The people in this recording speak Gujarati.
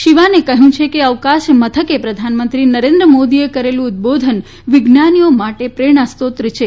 સીયાને કહ્યું છે કે અવકાશ મથકે પ્રધાનમંત્રી નરેન્દ્રમોદીએ કરેલુ ઉદ્બોધન વિજ્ઞાનીઓ માટે પ્રેરણાસ્રોત છે